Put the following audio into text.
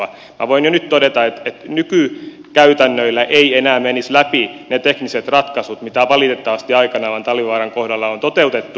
minä voin jo nyt todeta että nykykäytännöillä eivät enää menisi läpi ne tekniset ratkaisut mitä valitettavasti aikanaan talvivaaran kohdalla on toteutettu